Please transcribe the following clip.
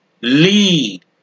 lead